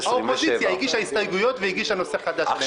ו 227. האופוזיציה הגישה הסתייגויות והגישה נושא חדש אתה מבין?